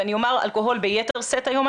ואני אומר שאלכוהול ביתר שאת היום,